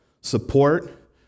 support